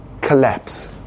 collapse